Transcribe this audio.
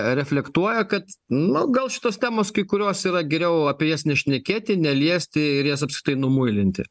reflektuoja kad nu gal šitos temos kai kurios yra geriau apie jas nešnekėti neliesti ir jas apskritai numuilinti